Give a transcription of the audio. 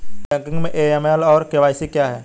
Banking में AML और KYC क्या हैं?